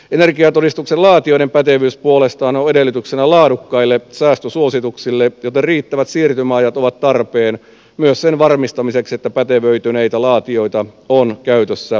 energiatodistuksen laatijoiden pätevyys puolestaan on edellytyksenä laadukkaille säästösuosituksille joten riittävät siirtymäajat ovat tarpeen myös sen varmistamiseksi että pätevöityneitä laatijoita on käytössä riittävästi